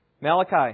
Malachi